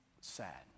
sad